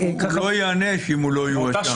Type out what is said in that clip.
הוא לא ייענש אם הוא לא יורשע.